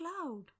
cloud